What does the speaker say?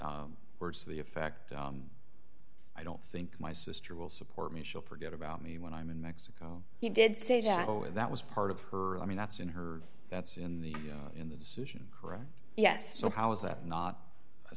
say words to the effect i don't think my sister will support me she'll forget about me when i'm in mexico he did say that that was part of her i mean that's in her that's in the in the decision yes so how is that not a